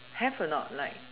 have or not like